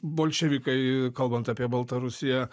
bolševikai kalbant apie baltarusiją